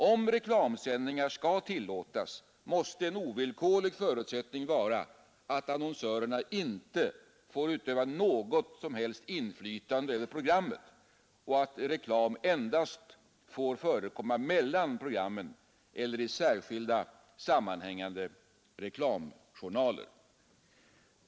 Om reklamsändningar skall tillåtas, måste en ovillkorlig förutsättning vara att annonsörerna inte får utöva något som helst inflytande över programmen och att reklam endast får förekomma mellan programmen eller i särskilda sammanhängande reklamjournaler.